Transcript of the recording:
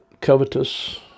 covetous